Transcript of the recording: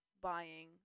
buying